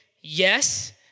Yes